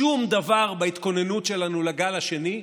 שום דבר בהתכוננות שלנו לגל השני,